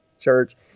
church